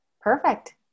Perfect